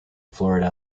florida